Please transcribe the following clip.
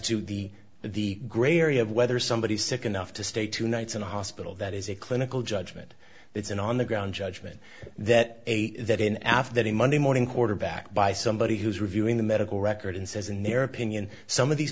the the gray area of whether somebody's sick enough to stay two nights in a hospital that is a clinical judgment it's an on the ground judgment that that in after the monday morning quarterback by somebody who's reviewing the medical record and says in their opinion some of these